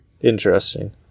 Interesting